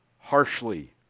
harshly